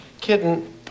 Kitten